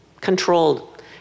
controlled